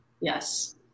Yes